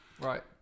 Right